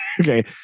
okay